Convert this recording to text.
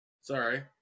sorry